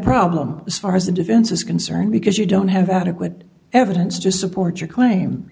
problem as far as the defense is concerned because you don't have adequate evidence to support your claim